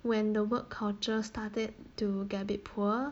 when the work culture started to get a bit poor